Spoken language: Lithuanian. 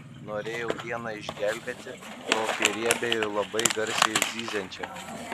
norėjau vieną išgelbėti tokią riebią ir labai garsiai zyziančią